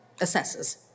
assesses